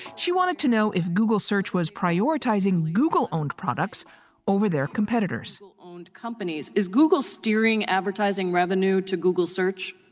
she wanted to know if google search was prioritizing google owned products over their competitors owned companies. is google steering advertising revenue to google search?